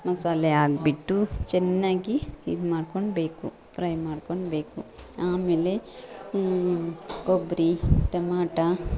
ಮಸಾಲೆ ಹಾಕಿಬಿಟ್ಟು ಚೆನ್ನಾಗಿ ಇದು ಮಾಡ್ಕೊಬೇಕು ಫ್ರೈ ಮಾಡ್ಕೊಬೇಕು ಆಮೇಲೆ ಕೊಬ್ಬರಿ ಟೊಮಾಟಾ